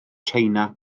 china